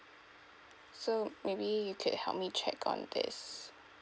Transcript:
so maybe you could help me check on this